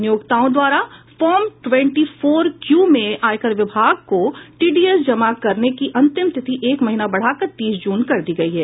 नियोक्ताओं द्वारा form twenty four Q में आयकर विभाग को टीडीएस जमा करने की अंतिम तिथि एक महीना बढ़ाकर तीस जून कर दी गई है